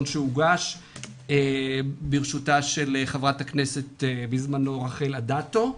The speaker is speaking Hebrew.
שהוגש בראשותה של חברת הכנסת רחל אדטו בזמנו.